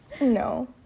No